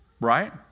right